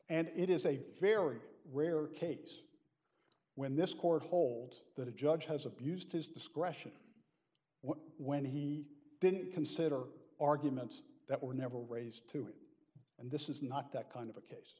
and it is a very rare case when this court holds that a judge has abused his discretion when he didn't consider arguments that were never raised to him and this is not that kind of a case